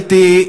היית,